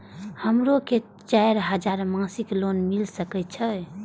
हमरो के चार हजार मासिक लोन मिल सके छे?